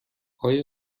آیا